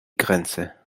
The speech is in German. grenze